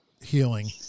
healing